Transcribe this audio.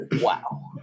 Wow